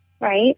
right